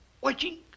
watching